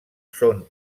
són